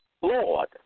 Lord